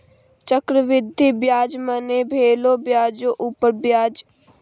चक्रवृद्धि ब्याज मने भेलो ब्याजो उपर ब्याज